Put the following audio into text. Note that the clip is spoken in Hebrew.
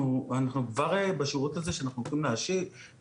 אנחנו כבר, בשירות הזה שאנחנו הולכים להשיק,